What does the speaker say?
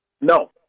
No